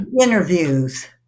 Interviews